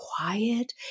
quiet